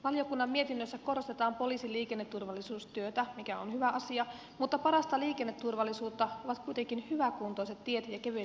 valiokunnan mietinnössä korostetaan poliisin liikenneturvallisuustyötä mikä on hyvä asia mutta parasta liikenneturvallisuutta ovat kuitenkin hyväkuntoiset tiet ja kevyen liikenteen väylät